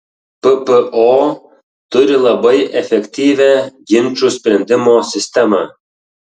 ppo turi labai efektyvią ginčų sprendimo sistemą